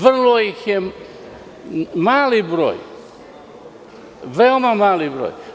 Vrlo ih je mali broj, veoma mali broj.